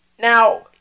now